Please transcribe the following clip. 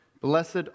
Blessed